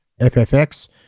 ffx